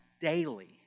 daily